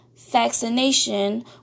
vaccination